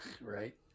Right